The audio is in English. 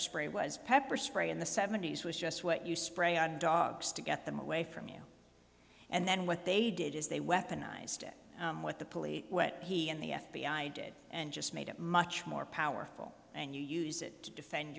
spray was pepper spray in the seventy's was just what you spray on dogs to get them away from you and then what they did is they weaponized it what the police what he and the f b i did and just made it much more powerful and you use it to defend